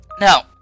Now